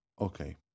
Okay